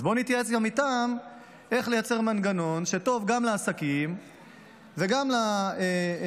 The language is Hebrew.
אז בואו נתייעץ גם איתם איך לייצר מנגנון שטוב גם לעסקים וגם לצרכנים,